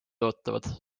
ootavad